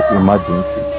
emergency